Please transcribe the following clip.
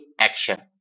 action